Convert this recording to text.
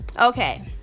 Okay